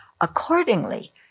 Accordingly